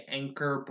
anchor